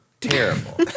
terrible